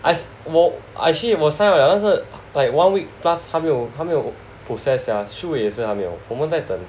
I s~ 我 actually 我 sign up 了但是 like one week plus 还没有还没有 process ya 树伟也是还没有我们在等